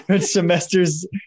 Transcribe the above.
semester's